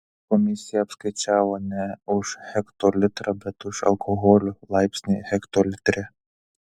komisija apskaičiavo ne už hektolitrą bet už alkoholio laipsnį hektolitre